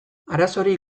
arazorik